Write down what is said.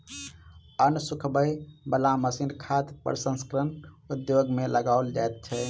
अन्न सुखबय बला मशीन खाद्य प्रसंस्करण उद्योग मे लगाओल जाइत छै